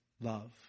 love